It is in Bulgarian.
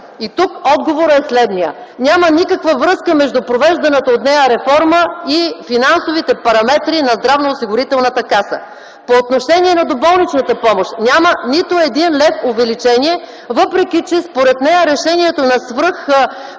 Тук отговорът е: следният: няма никаква връзка между провежданата от нея реформа и финансовите параметри на Здравноосигурителната каса; по отношение на доболничната помощ няма нито един лев увеличение, въпреки че, според нея, решението на